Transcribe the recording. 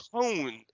tone